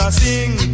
sing